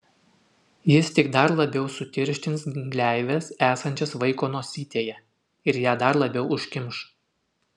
jis tik dar labiau sutirštins gleives esančias vaiko nosytėje ir ją dar labiau užkimš